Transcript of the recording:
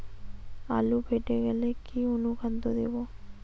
আলু ফেটে গেলে কি অনুখাদ্য দেবো?